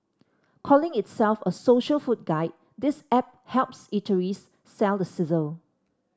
calling itself a social food guide this app helps eateries sell the sizzle